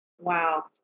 Wow